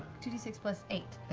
two d six plus eight.